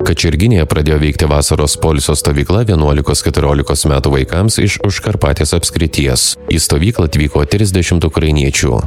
kačerginėje pradėjo veikti vasaros poilsio stovykla vienuolikos keturiolikos metų vaikams iš užkarpatės apskrities į stovyklą atvyko trisdešimt ukrainiečių